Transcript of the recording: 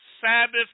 Sabbath